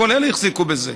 כל אלה החזיקו בזה.